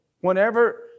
whenever